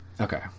Okay